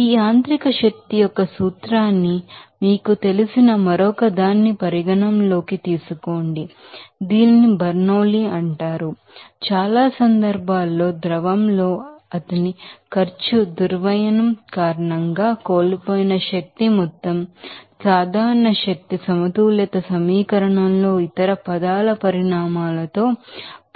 ఈ యాంత్రిక శక్తి యొక్క సూత్రాన్ని మీకు తెలిసిన మరొకదాన్ని పరిగణనలోకి తీసుకోండి దీనిని బెర్నౌలీ అని అంటారు చాలా సందర్భాల్లో ద్రవంలో అతని ఖర్చు దుర్వ్యయం కారణంగా కోల్పోయిన శక్తి మొత్తం జనరల్ ఎనర్జీ బాలన్స్ ఈక్వేషన్లో ఇతర పదాల పరిమాణాలతో